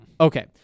Okay